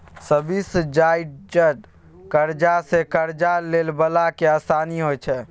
subsidised करजा सँ करजा लए बला केँ आसानी होइ छै